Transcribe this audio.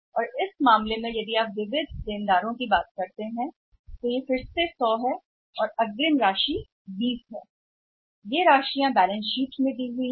और इस मामले में यदि आप बात करते हैं तो विविध ऋणी राशि फिर से 100 सही और अग्रिम है राशि 20 है इसलिए ये आंकड़े बैलेंस शीट में दिए गए हैं